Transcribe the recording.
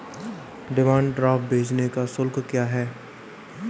Demand draft भेजने का शुल्क क्या है?